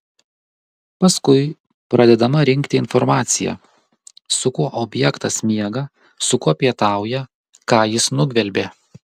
paskui pradedama rinkti informacija su kuo objektas miega su kuo pietauja ką jis nugvelbė